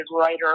writer